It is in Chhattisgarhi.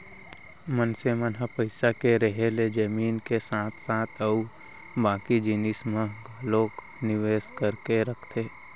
मनसे मन ह पइसा के रेहे ले जमीन के साथे साथ अउ बाकी जिनिस म घलोक निवेस करके रखथे